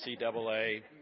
NCAA